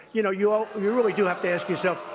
you know, you ah you really do have to ask yourself,